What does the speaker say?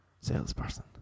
Salesperson